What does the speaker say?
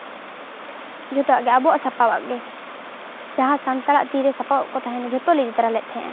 ᱡᱚᱛᱚᱣᱟᱜ ᱜᱮ ᱟᱵᱚᱣᱟᱜ ᱥᱟᱯᱟᱵ ᱟᱜ ᱜᱮ ᱡᱟᱦᱟᱸ ᱥᱟᱱᱛᱟᱲᱟᱜ ᱛᱤᱨᱮ ᱥᱟᱵᱟᱯ ᱠᱚ ᱛᱟᱦᱮᱱᱟ ᱡᱚᱛᱚ ᱞᱮ ᱤᱫᱤ ᱛᱚᱨᱟ ᱞᱮᱫ ᱛᱟᱦᱮᱸᱜᱼᱟ